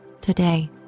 today